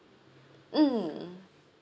mm